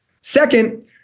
Second